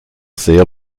sehr